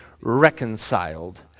reconciled